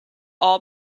all